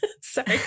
sorry